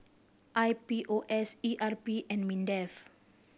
I P O S E R P and MINDEF